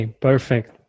perfect